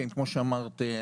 כמו שאמרת,